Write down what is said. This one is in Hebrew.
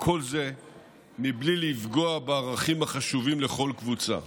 וכל זה בלי לפגוע בערכים החשובים לכל קבוצה.